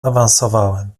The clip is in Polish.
awansowałem